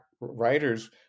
writers